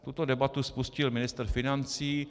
Tuto debatu spustil ministr financí.